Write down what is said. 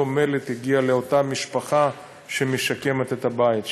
אותו מלט הגיע לאותה משפחה שמשקמת את הבית שלה.